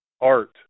art